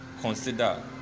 consider